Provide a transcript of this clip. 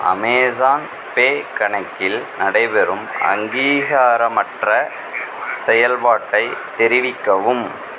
Amazon Pay கணக்கில் நடைபெறும் அங்கீகாரமற்ற செயல்பாட்டை தெரிவிக்கவும்